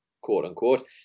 quote-unquote